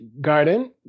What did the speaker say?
garden